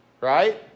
Right